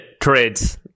trades